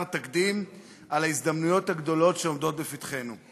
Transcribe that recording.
תקדים על ההזדמנויות הגדולות שעומדות לפתחנו.